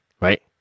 right